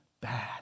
bad